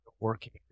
working